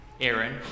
Aaron